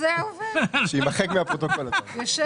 הצבעה בעד, רוב פניות מס' 258 261 אושרו.